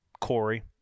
Corey